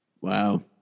Wow